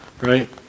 right